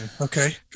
okay